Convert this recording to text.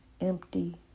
empty